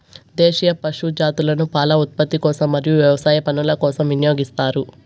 దేశీయ పశు జాతులను పాల ఉత్పత్తి కోసం మరియు వ్యవసాయ పనుల కోసం వినియోగిస్తారు